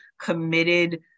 committed